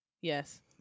Yes